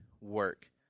work